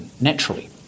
naturally